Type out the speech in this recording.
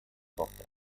tochter